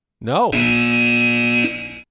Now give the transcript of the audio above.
No